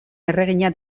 erregina